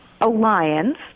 alliance